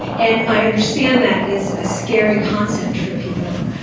and i understand that is a scary concept for people.